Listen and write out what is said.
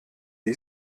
die